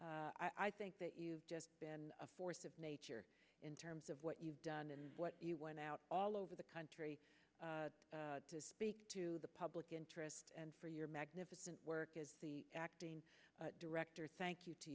i think that you've just been a force of nature in terms of what you've done and what you went out all over the country to speak to the public interest and for your magnificent work as the acting director thank you to